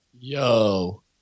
Yo